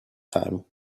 time